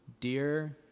dear